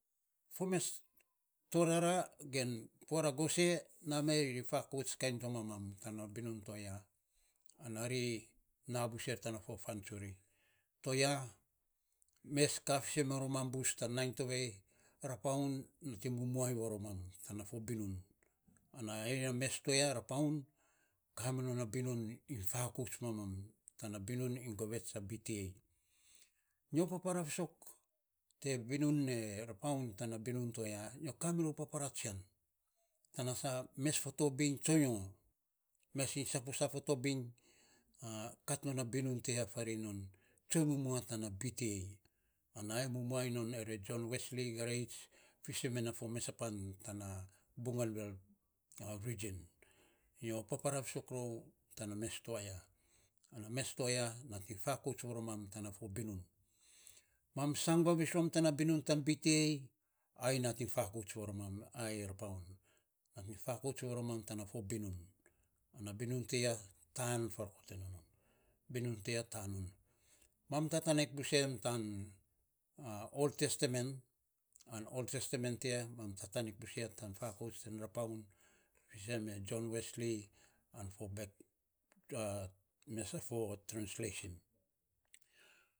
Fo me torara ger puara gose na me ri fakouts kan to mamam tana binun toya anari na buser tana for fan tsuri, to ya mes kasen maromam bus tan nainy tovei rapaun nating mumua ing maromam tana fo binun ana aiyei a mes toya rapaun, ka minon abinun ing fakouts mamam, tana binun in govets a b. T. A. Nyo papara fisok, te binun e rapaun tana binun to aya nyo kamirou papara tsian, tana sa mes fatobiny tsoinyo, mes iny saposa fatobiny katnon a binun tiya farei non tsuny mumua tan b. T. A ana ayei mumua iny non ere john wesly garets fisenmen na fo pan tana bogenvil rijin nyo para fisok rou tana mes to a ya, ana me toayia nating fakouts varomam tana for binun, mam sang vavis rom tana binun tan b. T. A ai nating fakouts, varomam ayei rapaun nating fakouts varomam tana fo binun ana binun tiya tan farof tsun non, binun ti ya tan non, mam tatanik busem tan ol tetemen an ol testemen ti ya mam tatanik bus ya tan fakouts ten rapaun fisen me john wesly an fo mesa for tresileisin.